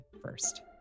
first